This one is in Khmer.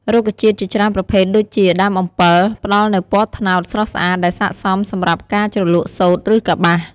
រុក្ខជាតិជាច្រើនប្រភេទដូចជា ដើមអំពិល ផ្តល់នូវពណ៌ត្នោតស្រស់ស្អាតដែលស័ក្តិសមសម្រាប់ការជ្រលក់សូត្រ ឬកប្បាស។